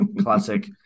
Classic